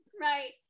right